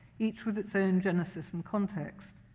each with its own genesis and context.